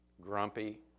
grumpy